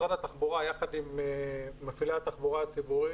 משרד התחבורה יחד עם מפעילי התחבורה הציבורית,